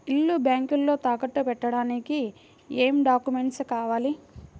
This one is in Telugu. ఇల్లు బ్యాంకులో తాకట్టు పెట్టడానికి ఏమి డాక్యూమెంట్స్ కావాలి?